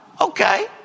okay